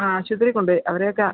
ആ ആശുപത്രിയിൽ കൊണ്ടുപോയി അവരെയൊക്കെ